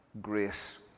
grace